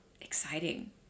exciting